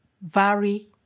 vary